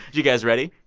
you guys ready?